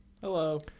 Hello